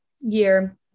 year